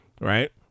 right